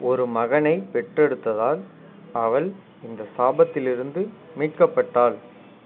ஒரு மகனைப் பெற்றெடுத்ததால் அவள் இந்த சாபத்திலிருந்து மீட்கப்பட்டாள்